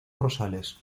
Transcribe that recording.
rosales